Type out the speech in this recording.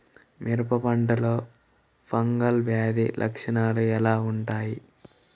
మిరప పంటలో ఫంగల్ వ్యాధి లక్షణాలు ఎలా వుంటాయి?